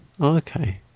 Okay